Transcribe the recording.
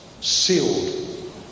sealed